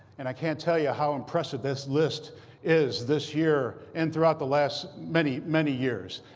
and i can't tell you how impressive this list is this year and throughout the last many, many years,